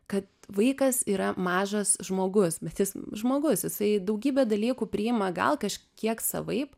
kad vaikas yra mažas žmogus bet jis žmogus jisai daugybę dalykų priima gal kažkiek savaip